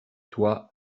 toi